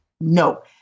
No